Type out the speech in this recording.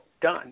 done